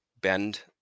bend